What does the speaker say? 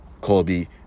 Colby